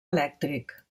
elèctric